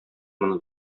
моны